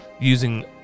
using